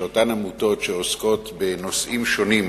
של אותן עמותות שעוסקות בנושאים שונים.